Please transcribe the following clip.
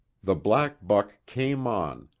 the black buck came on,